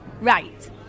Right